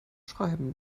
schreiben